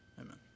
Amen